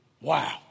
Wow